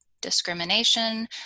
discrimination